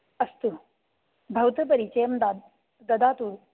अस्तु भवतु परिचयं दा ददातु